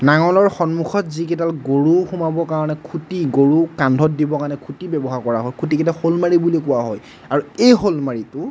নাঙলৰ সন্মুখত যিকেইডাল গৰু সোমাবৰ কাৰণে খুঁটি গৰু কান্ধত দিবৰ কাৰণে খুঁটি ব্যৱহাৰ কৰা হয় খুঁটি কেইটাক শ'লমাৰি বুলি কোৱা হয় আৰু এই শ'লমাৰিটো